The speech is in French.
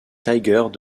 tigers